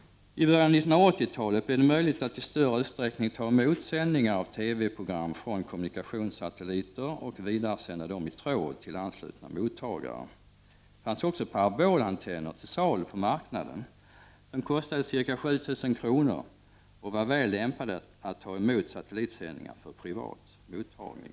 I början av 1980-talet blev det möjligt att i större utsträckning ta emot sändningar av TV-program från kommunikationssatelliter och vidaresända dem i tråd till anslutna mottagare. Det fanns också parabolantenner till salu på marknaden, som kostade ca 7 000 kr. och var väl lämpade att ta emot satellitsändningar för privat mottagning.